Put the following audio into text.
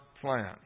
plan